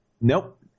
Nope